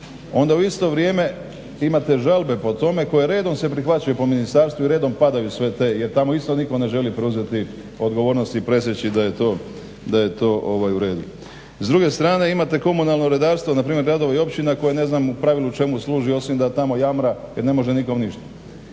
Onda u isto vrijeme imate žalbe po tome koje redom se prihvaćaju po Ministarstvu i redom padaju sve te jer tamo isto nitko ne želi preuzeti odgovornost i … da je to u redu. S druge strane imate komunalno redarstvo npr. gradova i općina koje ne znam u pravilu čemu služi osim da tamo jamra jer ne može nikom ništa.